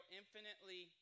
infinitely